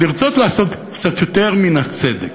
לרצות לעשות קצת יותר מן הצדק.